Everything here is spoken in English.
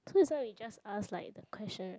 so this one we just ask like the questions